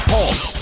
Pulse